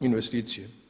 investicije.